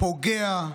פוגע,